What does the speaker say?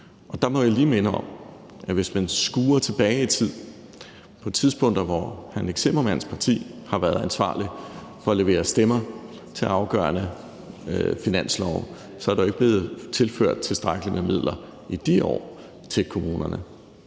og der må jeg lige minde om, at hvis man skuer tilbage i tid og ser på de tidspunkter, hvor hr. Nick Zimmermanns parti har været ansvarlig for at levere de afgørende stemmer til finanslove, så er der jo ikke blevet tilført tilstrækkelige midler til kommunerne